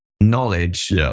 knowledge